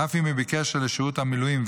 אף אם היא בקשר לשירות המילואים,